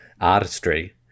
artistry